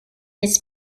this